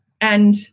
And-